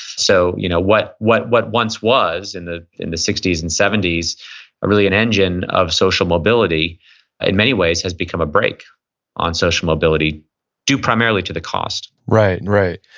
so you know what what once was in the in the sixty s and seventy s really an engine of social mobility in many ways has become a brake on social mobility due primarily to the cost right, right.